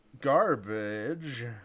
Garbage